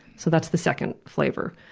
so that's the second flavor.